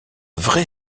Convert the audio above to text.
vrai